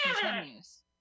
continues